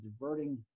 diverting